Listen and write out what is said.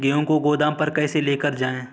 गेहूँ को गोदाम पर कैसे लेकर जाएँ?